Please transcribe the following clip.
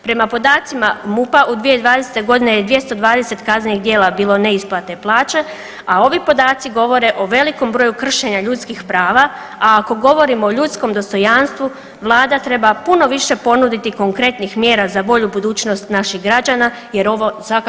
Prema podacima MUP-a u 2020.g. je 220 kaznenih djela bilo neisplate plaće, a ovi podaci govore o velikom broju kršenja ljudskih prava, a ako govorimo o ljudskom dostojanstvu vlada treba puno više ponuditi konkretnih mjera za bolju budućnost naših građana jer ovo svakako nije dovoljno.